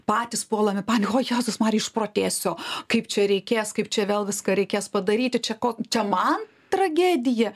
patys puolam į paniką o jezusmarja išprotėsiu kaip čia reikės kaip čia vėl viską reikės padaryti čia ko čia man tragedija